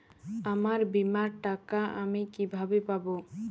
আমার বীমার টাকা আমি কিভাবে পাবো?